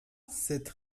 cette